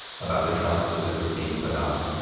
about the trusses that were being put up,